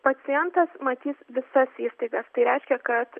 pacientas matys visas įstaigas tai reiškia kad